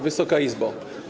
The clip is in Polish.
Wysoka Izbo!